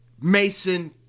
Mason